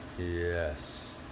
Yes